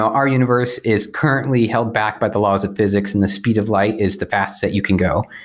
our universe is currently held back by the laws of physics and the speed of light is the fastest that you can go.